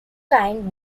kind